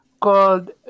called